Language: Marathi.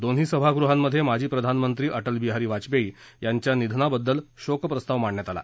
दोन्ही सभागृहांमधे माजी प्रधानमंत्री अटलबिहारी वाजपेयी यांच्या निधनाबद्दल शोकप्रस्ताव मांडण्यात आला